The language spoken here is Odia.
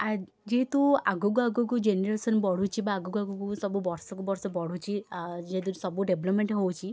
ଆ ଯେହେତୁ ଆଗକୁ ଆଗକୁ ଜେନେରେସନ୍ ବଢ଼ୁଛି ବା ଆଗକୁ ଆଗକୁ ସବୁ ବର୍ଷକୁ ବର୍ଷ ବଢ଼ୁଛି ଯେହେତୁ ସବୁ ଡେଭଲପମେଣ୍ଟ ହେଉଛି